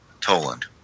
Toland